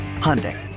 Hyundai